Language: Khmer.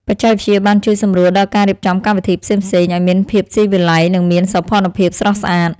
បច្ចេកវិទ្យាបានជួយសម្រួលដល់ការរៀបចំកម្មវិធីផ្សេងៗឱ្យមានភាពស៊ីវិល័យ និងមានសោភ័ណភាពស្រស់ស្អាត។